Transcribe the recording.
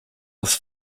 was